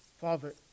Father